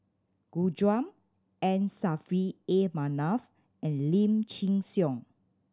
Gu Juan M Saffri A Manaf and Lim Chin Siong